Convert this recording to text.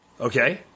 Okay